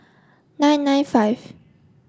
nine nine five